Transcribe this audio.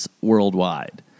worldwide